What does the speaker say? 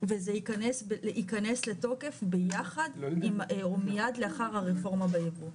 וזה ייכנס לתוקף ביחד ומיד לאחר הרפורמה בייבוא.